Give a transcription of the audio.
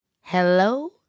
hello